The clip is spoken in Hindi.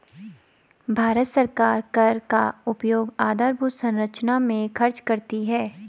भारत सरकार कर का उपयोग आधारभूत संरचना में खर्च करती है